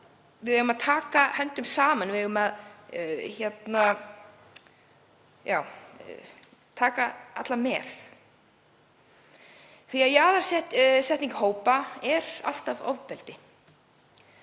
taka höndum saman. Við eigum að taka alla með, því að jaðarsetning hópa er alltaf ofbeldi.